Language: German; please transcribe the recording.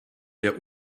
der